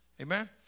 Amen